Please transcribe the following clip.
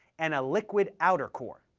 and a liquid outer core.